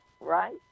right